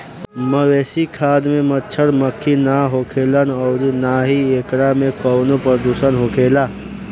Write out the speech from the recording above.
मवेशी खाद में मच्छड़, मक्खी ना होखेलन अउरी ना ही एकरा में कवनो प्रदुषण होखेला